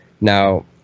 Now